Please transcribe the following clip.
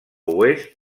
oest